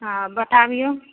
हँ बताबियौ